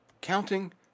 Counting